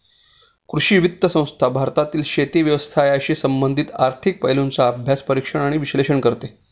कृषी वित्त संस्था भारतातील शेती व्यवसायाशी संबंधित आर्थिक पैलूंचा अभ्यास, परीक्षण आणि विश्लेषण करते